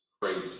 crazy